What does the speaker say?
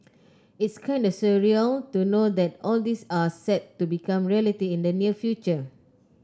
it's kinda surreal to know that all this are set to become reality in the near future